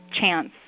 chance